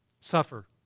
Suffer